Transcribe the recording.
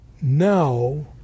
now